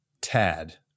Tad